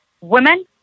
Women